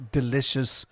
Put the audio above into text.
delicious